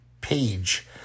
page